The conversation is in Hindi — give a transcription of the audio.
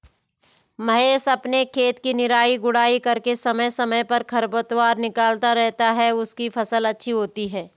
महेश अपने खेत की निराई गुड़ाई करके समय समय पर खरपतवार निकलता रहता है उसकी फसल अच्छी होती है